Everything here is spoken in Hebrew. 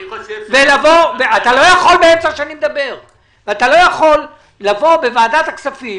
אתה לא יכול לבוא בוועדת הכספים